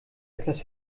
etwas